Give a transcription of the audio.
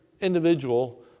individual